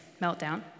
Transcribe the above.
meltdown